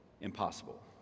impossible